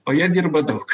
o jie dirba daug